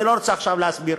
אני לא רוצה עכשיו להסביר.